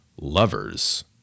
lovers